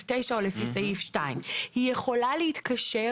9 או לפי סעיף 2. והיא יכולה להתקשר,